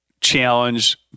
Challenge